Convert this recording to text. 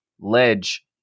ledge